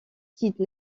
quitte